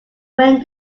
when